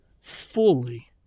fully